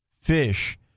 fish